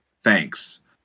thanks